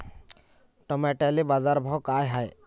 टमाट्याले बाजारभाव काय हाय?